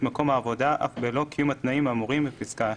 מקום העבודה אף בלא קיום התנאים האמורים בפסקה (1).